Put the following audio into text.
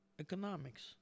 Economics